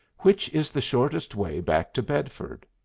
which is the shortest way back to bedford?